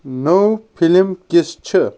نٔو فِلم کِس چھِ